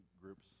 groups